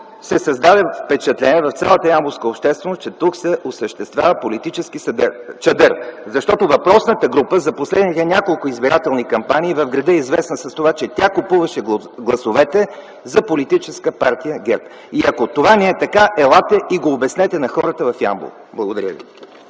се създаде впечатление, че тук се осъществява политически чадър. Защото въпросната група за последните няколко избирателни кампании в града е известна с това, че тя купуваше гласовете за Политическа партия ГЕРБ. И ако това не е така, елате и го обяснете на хората в Ямбол. Благодаря ви.